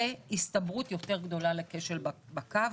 והסתברות יותר גדולה לכשל בקו.